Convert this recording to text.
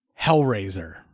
Hellraiser